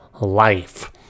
life